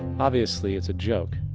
obviously it's a joke.